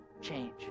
change